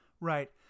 Right